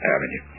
Avenue